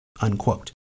unquote